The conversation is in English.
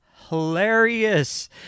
hilarious